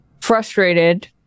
Frustrated